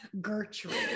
Gertrude